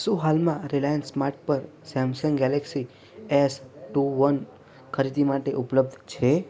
શું હાલમાં Reliance smart પર Samsung Galaxy S two one ખરીદી માટે ઉપલબ્ધ છે